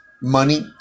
money